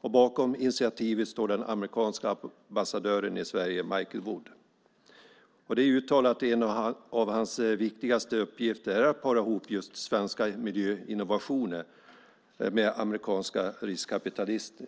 och bakom initiativet står den amerikanska ambassadören i Sverige Michael Wood. En av hans uttalat viktigaste uppgifter är att para ihop svenska miljöinnovationer med amerikanska riskkapitalister.